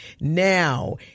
Now